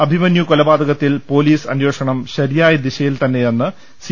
അഭിമന്യു കൊലപാതകത്തിൽ പൊലീസ് അനേഷണം ശരിയായ ദിശ യിൽ തന്നെയാണെന്ന് സി